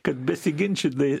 kad besiginčyda